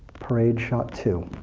parade shot two.